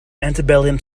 antebellum